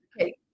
okay